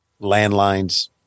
landlines